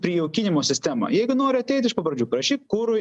prijaukinimo sistemą jeigu nori ateit iš papradžių prašyti kurui